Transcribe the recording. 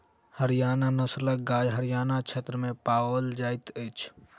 हरयाणा नस्लक गाय हरयाण क्षेत्र में पाओल जाइत अछि